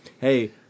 hey